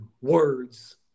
words